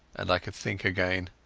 and i could think again.